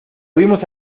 vimos